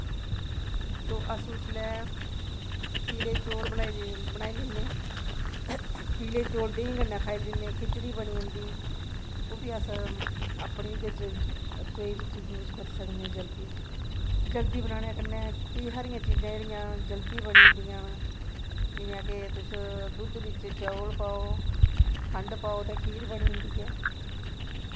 तो अस उसलै पीले चौल बनाई लैन्ने पीले चौल देहीं कन्नै काई लैन्ने खिचड़ी बनी जंदी ओह् बी अस अपनी ओह्दे च रसोई बिच्च यूज करी सकने जल्दी जल्दी बनानै कन्नै केंई सारियां चीजां जेह्ड़ियां जल्दी बनी जंदियां न जियां के तुस दुध्द बिच्च चौल पाओ खंड पाओ ते खीर बनी जंदी ऐ